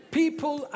people